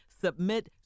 Submit